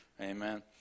Amen